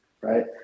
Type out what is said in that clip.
right